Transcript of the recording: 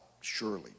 surely